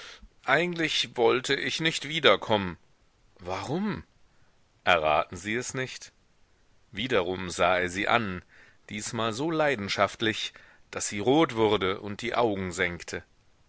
eigentlich wollte ich nicht wiederkommen warum erraten sie es nicht wiederum sah er sie an diesmal so leidenschaftlich daß sie rot wurde und die augen senkte